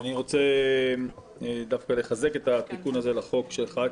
אני רוצה דווקא לחזק את התיקון לחוק שלך,